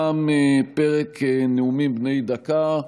תם פרק נאומים בני דקה.